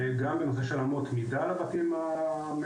גם בנושא של אמות מידה לבתים המאזנים,